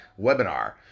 webinar